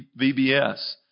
VBS